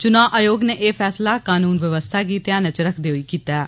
चुनाव आयोग नै एह फैसला कनून व्यवस्था गी ध्याना च रक्खदे होई कीता ऐ